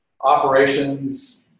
operations